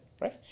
right